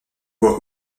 voit